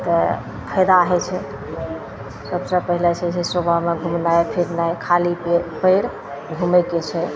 तऽ फायदा होइ छै सबसे पहिले छै जे सुबहमे घुमनाइ फिरनाइ खाली पेट करि घुमै के छै